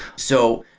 so,